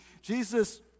Jesus